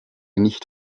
nicht